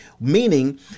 Meaning